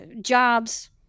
jobs